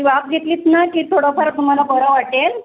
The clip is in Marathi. वाफ घेतलीत ना की थोडंफार तुम्हाला बरं वाटेल